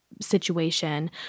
situation